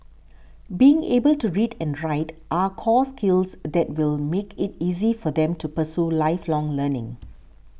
being able to read and write are core skills that will make it easier for them to pursue lifelong learning